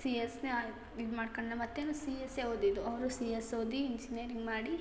C ಎಸನ್ನೇ ಆಯ್ ಇದು ಮಾಡ್ಕಂಡು ನಮ್ಮ ಅತ್ತೆಯೂ ಸಿ ಎಸ್ಸೇ ಓದಿದ್ದು ಅವರು ಸಿ ಎಸ್ ಓದಿ ಇಂಜಿನಿಯರಿಂಗ್ ಮಾಡಿ